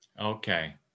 Okay